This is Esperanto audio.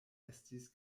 estis